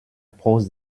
prose